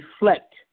reflect